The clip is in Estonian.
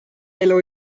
elu